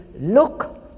look